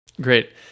Great